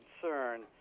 concern